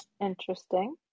Interesting